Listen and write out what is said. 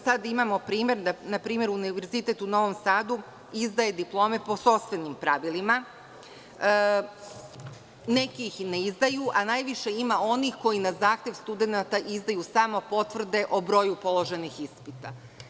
Sad imamo da, na primer, Univerzitet u Novom Sadu izdaje diplome po sopstvenim pravilima, neki ih i ne izdaju, a najviše ima onih koji na zahtev studenata izdaju samo potvrde o broju položenih ispita.